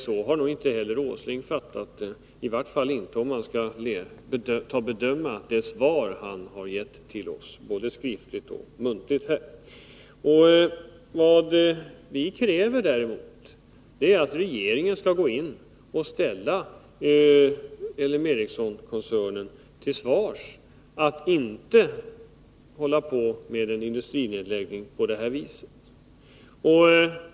Så har nog inte heller Nils Åsling fattat det — i varje fall inte om man skall bedöma de svar han har gett oss här, både skriftligt och muntligt. Vad vi kräver är däremot att regeringen skall ställa LM Ericssonkoncernen till svars, så att den inte håller på med industrinedläggning på det här viset.